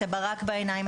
הברק בעיניים,